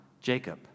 Jacob